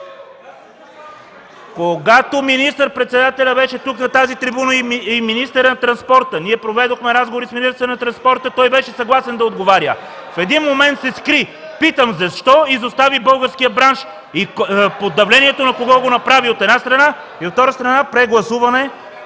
Когато министър-председателят беше тук, на тази трибуна, също и министърът на транспорта, ние проведохме разговори с министъра на транспорта, той беше съгласен да отговаря. (Шум и реплики.) В един момент се скри. Питам: защо изостави българският бранш и под давлението на кого го направи, от една страна и, от втора страна, Ви моля за